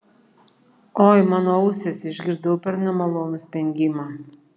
oi mano ausys išgirdau per nemalonų spengimą